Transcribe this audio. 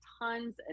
tons